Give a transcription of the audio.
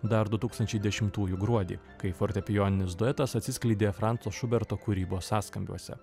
dar du tūkstančiai dešimtųjų gruodį kai fortepijoninis duetas atsiskleidė franco šuberto kūrybos sąskambiuose